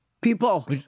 People